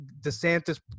DeSantis